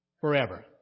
Forever